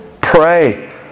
Pray